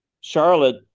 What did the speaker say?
Charlotte